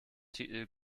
titel